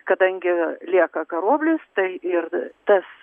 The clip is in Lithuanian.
kadangi lieka karoblis tai ir tas